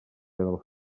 del